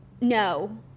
No